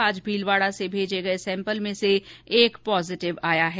आज भीलवाडा से भेजे गए सैम्पल में से एक पॉजिटिव आया है